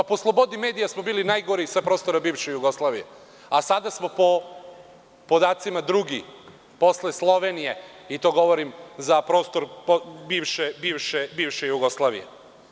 Po slobodi medija smo bili najgori sa prostora bivše Jugoslavije, a sada smo po podacima, drugi posle Slovenije i to govorim za prostor bivše Jugoslavije.